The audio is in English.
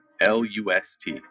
L-U-S-T